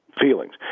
feelings